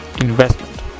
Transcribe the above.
investment